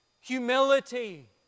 humility